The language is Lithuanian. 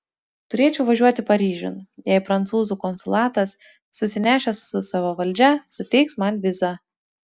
turėčiau važiuoti paryžiun jei prancūzų konsulatas susinešęs su savo valdžia suteiks man vizą